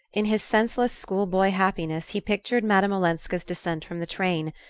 in his senseless school-boy happiness he pictured madame olenska's descent from the train,